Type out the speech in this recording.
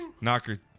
Knocker